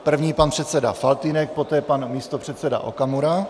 První pan předseda Faltýnek, poté pan místopředseda Okamura.